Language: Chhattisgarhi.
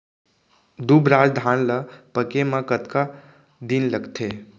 दुबराज धान ला पके मा कतका दिन लगथे?